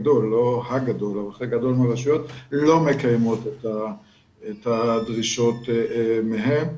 לא מקיימות את הדרישות מהן.